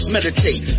Meditate